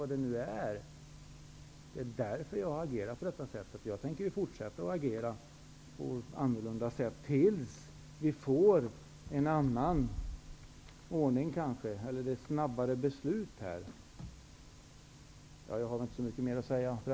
Det är därför som jag har agerat på detta sätt, och jag tänker fortsätta att agera på ett annorlunda sätt, tills vi får en annan ordning eller snabbare beslut här.